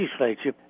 legislature